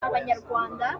abanyarwanda